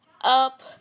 up